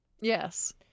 Yes